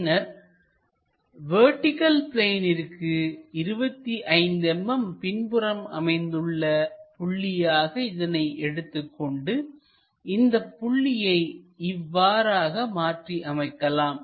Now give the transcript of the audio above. பின்னர் வெர்டிகள் பிளேனிற்கு 25 mm பின்புறம் அமைந்துள்ள புள்ளியாக இதனை எடுத்துக் கொண்டு இந்த புள்ளியை இவ்வாறாக மாற்றி அமைக்கலாம்